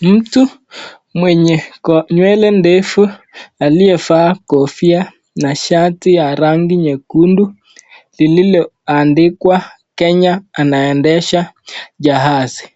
Mtu mwenye nywele ndefu aliyevaa kofia na shati ya rangi nyekundu lililoandikwa Kenya anaendesha jahazi.